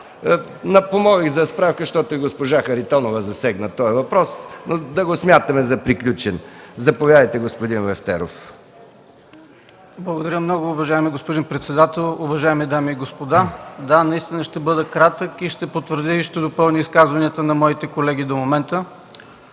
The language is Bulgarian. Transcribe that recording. Помолих за справка, защото и госпожа Харитонова засегна този въпрос. Но да го смятаме за приключен. Заповядайте, господин Лефтеров: ИВО ЛЕФТЕРОВ: Благодаря, уважаеми господин председател. Уважаеми дами и господа, ще бъда кратък, ще потвърдя и ще допълня изказванията на моите колеги до момента.